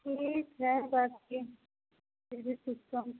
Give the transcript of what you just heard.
ठीक है फिर भी कुछ कम